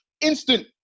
instant